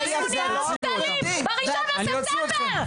אנחנו נהיה מובטלים ב-1 בספטמבר.